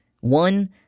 One